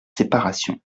séparation